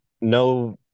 no